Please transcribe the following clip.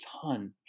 ton